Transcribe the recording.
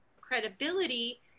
credibility